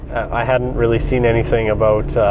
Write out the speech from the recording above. i hadn't really seen anything about